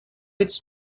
its